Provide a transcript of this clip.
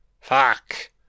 Fuck